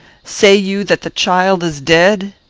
say you that the child is dead?